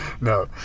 No